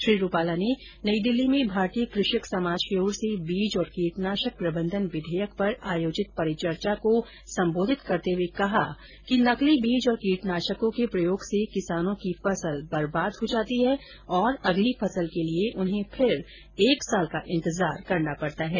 श्री रुपाला ने नई दिल्ली में भारतीय कृ षक समाज की ओर से बीज और कीटनाशक प्रबंधन विधेयक पर आयोजित परिचर्चा को सम्बोधित करते हुए कहा कि नकली बीज और कीटनाशकों के प्रयोग से किसानों की फसल बर्बाद हो जाती है और और अगली फसल के लिए उन्हें फिर एक साल का इन्तजार करना पड़ता है